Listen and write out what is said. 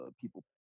people